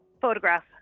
Photograph